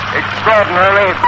extraordinarily